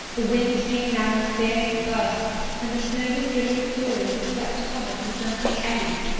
the wind came now in fierce bursts, and the snow was driven with fury as it swept upon us in circling eddies.